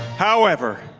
however,